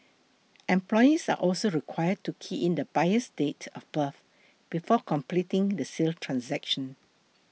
employees are also required to key in the buyer's date of birth before completing the sale transaction